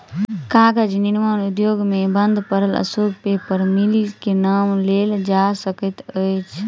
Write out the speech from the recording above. कागज निर्माण उद्योग मे बंद पड़ल अशोक पेपर मिल के नाम लेल जा सकैत अछि